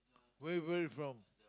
where where you from